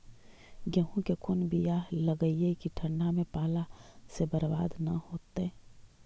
गेहूं के कोन बियाह लगइयै कि ठंडा में पाला से बरबाद न होतै?